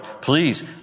Please